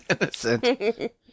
innocent